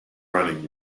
running